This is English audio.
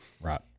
right